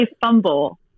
fumble